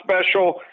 special